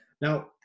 Now